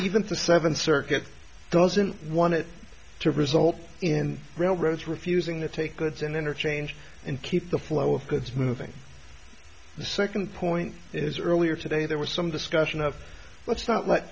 the seven circuit doesn't want it to result in railroads refusing to take goods and interchange and keep the flow of goods moving the second point is earlier today there was some discussion of let's not l